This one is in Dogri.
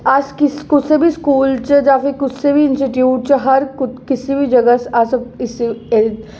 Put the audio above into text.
अस कुसै बी स्कूल च जां कुसै बी इंस्टिटूट च हर कुसै बी जगह् अस इसी